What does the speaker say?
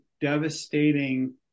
devastating